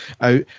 out